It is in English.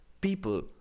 people